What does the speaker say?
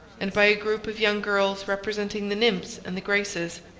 and by a group of young girls representing the nymphs and the graces.